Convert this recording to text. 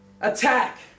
attack